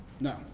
No